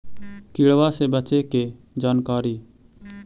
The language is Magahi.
किड़बा से बचे के जानकारी?